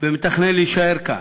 מתכנן להישאר כאן,